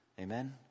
Amen